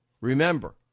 remember